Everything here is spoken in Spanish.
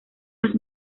los